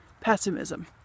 pessimism